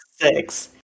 six